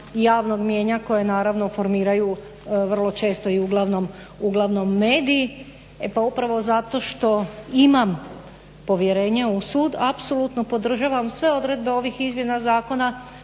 javnog mnijenja koje naravno formiraju vrlo često i uglavnom mediji. E pa upravo zato što imam povjerenja u sud apsolutno podržavam sve odredbe ovih izmjena zakona